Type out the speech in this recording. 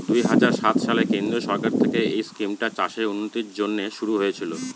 দুই হাজার সাত সালে কেন্দ্রীয় সরকার থেকে এই স্কিমটা চাষের উন্নতির জন্যে শুরু হয়েছিল